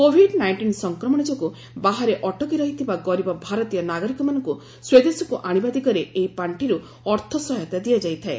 Covid nineteen ସଂକ୍ରମଣ ଯୋଗୁଁ ବାହାରେ ଅଟକି ରହିଥିବା ଗରିବ ଭାରତୀୟ ନାଗରିକମାନଙ୍କୁ ସ୍ୱଦେଶକୁ ଆଣିବା ଦିଗରେ ଏହି ପାଖିରୁ ଅର୍ଥ ସହାୟତା ଦିଆଯାଇଥାଏ